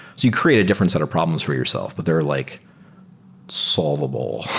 you create a different set of problems for yourself, but they're like solvable,